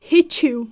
ہیٚچھِو